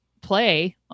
play